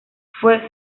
fue